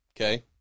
Okay